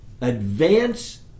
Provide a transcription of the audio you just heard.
advance